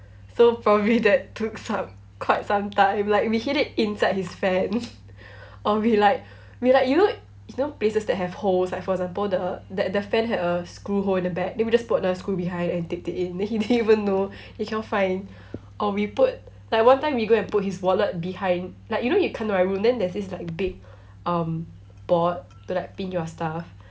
so probably that took some quite some time like we hid it inside his fan I'll be like we like you know you know place that have holes like for example the the the fan had a screw hole at the back then we just put the screw behind and taped it and then he didn't even know he cannot find oh we put like one time we go and put his wallet behind like you know you come to my room then there's this like big um board to like pin your stuff